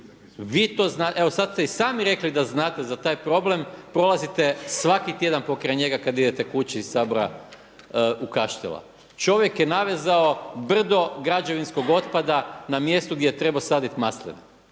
Vi to znate, evo sada ste i sami rekli da znate za taj problem, prolazite svaki tjedan pokraj njega kada idete kući iz Sabora u Kaštela. Čovjek je navezao brdo građevinskog otpada na mjestu gdje je trebao saditi masline.